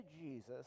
Jesus